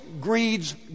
greed's